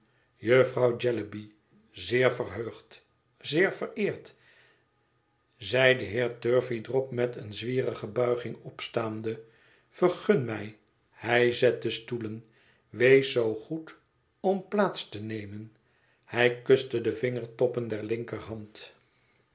jellyby zeer verheugd zeer vereerd zeide de heer turveydrop met eene zwierige buiging opstaande vergun mij hij zette stoelen weest zoo goed om plaats te nemen hij kuste de vingertoppen der linkerhand